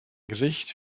gesicht